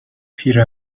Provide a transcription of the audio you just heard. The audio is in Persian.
پیر